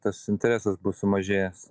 tas interesas bus sumažėjęs